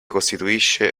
costituisce